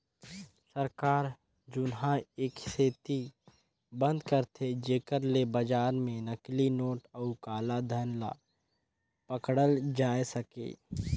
सरकार जुनहा ए सेती बंद करथे जेकर ले बजार में नकली नोट अउ काला धन ल पकड़ल जाए सके